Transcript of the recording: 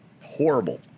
Horrible